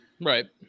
Right